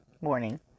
morning